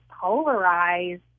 polarized